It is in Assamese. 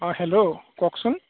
অঁ হেল্ল' কওঁকচোন